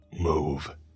Move